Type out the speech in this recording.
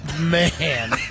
man